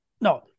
No